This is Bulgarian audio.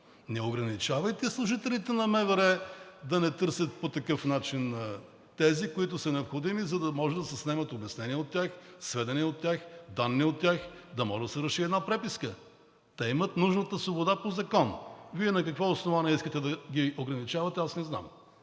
Не ограничавайте служителите на МВР да не търсят по такъв начин тези, които са необходими, за да може да снемат обяснения от тях, сведения от тях, данни от тях, за да може да се реши една преписка. Те имат нужната свобода по закон. Вие на какво основание искате да ги ограничавате, аз не знам,